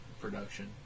production